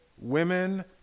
women